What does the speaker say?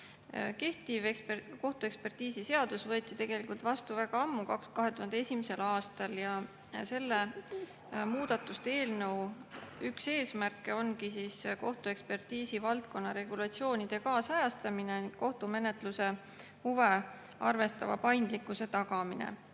Kehtiv kohtuekspertiisiseadus võeti vastu väga ammu, 2001. aastal. Selle muudatuseelnõu üks eesmärke ongi kohtuekspertiisi valdkonna regulatsiooni kaasajastamine, kohtumenetluse huve arvestava paindlikkuse tagamine.